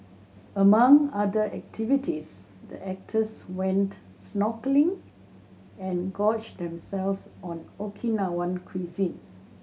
among other activities the actors went snorkelling and gorged themselves on Okinawan cuisine